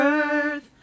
earth